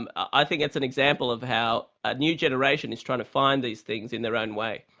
um i think that's an example of how a new generation is trying to find these things in their own way.